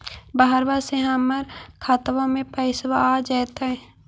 बहरबा से हमर खातबा में पैसाबा आ जैतय?